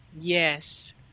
Yes